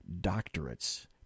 doctorates